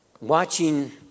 Watching